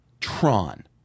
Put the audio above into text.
Tron